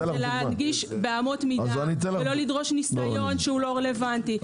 להנגיש במאות מידה ולא לדרוש ניסיון שלא רלוונטי.